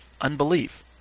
unbelief